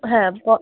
হ্যাঁ প